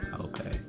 Okay